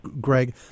Greg